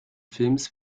films